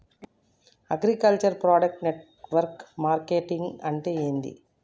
Agriculture product network marketing అంటే ఏంది?